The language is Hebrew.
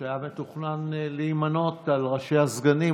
שהיה מתוכנן להימנות עם ראשי הסגנים,